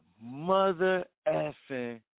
mother-effing